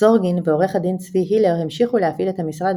אוסורגין ועורך הדין צבי הילר המשיכו להפעיל את המשרד